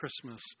Christmas